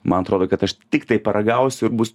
man atrodo kad aš tiktai paragausiu ir bus